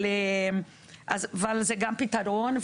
אבל זה גם פתרון,